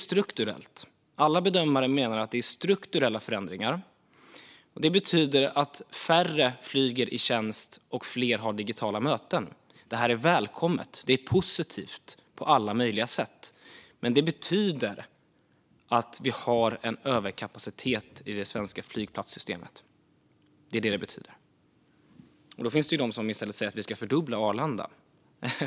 Alla bedömare menar att det är strukturella förändringar, vilket betyder att färre flyger i tjänsten och fler har digitala möten. Detta är välkommet och positivt på alla möjliga sätt, men det betyder att vi har en överkapacitet i det svenska flygplatssystemet. Det är vad det betyder. I detta läge finns det de som säger, hör och häpna, att vi ska fördubbla Arlanda.